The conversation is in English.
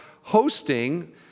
hosting